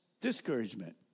discouragement